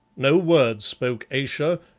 no word spoke ayesha,